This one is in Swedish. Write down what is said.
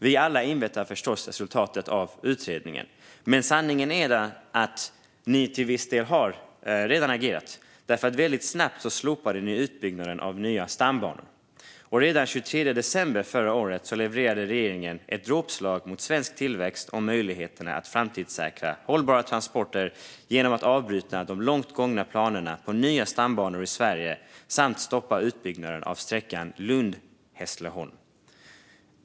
Vi alla inväntar förstås resultatet av utredningen, men sanningen är att regeringen till viss del redan har agerat. Väldigt snabbt slopade man utbyggnaden av nya stambanor. Redan den 23 december förra året levererade regeringen ett dråpslag mot svensk tillväxt och möjligheterna att framtidssäkra hållbara transporter genom att avbryta de långt gångna planerna på nya stambanor i Sverige samt stoppa utbyggnaden av sträckan Lund-Hässleholm.